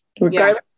regardless